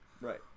Right